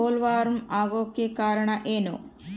Bollworm ಆಗೋಕೆ ಕಾರಣ ಏನು?